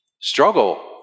struggle